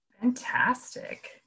Fantastic